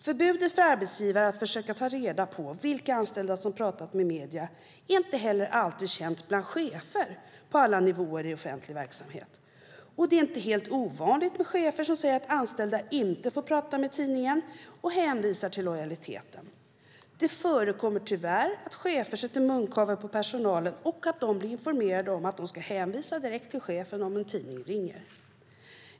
Förbudet för arbetsgivare att försöka ta reda på vilka anställda som har pratat med medier är inte heller alltid känt bland chefer på alla nivåer i offentlig verksamhet. Det är inte helt ovanligt med chefer som säger att anställda inte får tala med tidningen och hänvisar till lojaliteten. Det förekommer tyvärr att chefer sätter munkavle på personalen och att de blir informerade om att de ska hänvisa direkt till chefen om en tidning ringer.